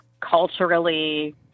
culturally